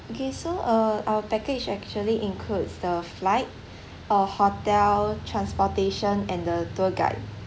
okay so err our package actually includes the flight uh hotel transportation and the tour guide